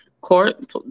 court